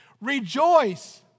Rejoice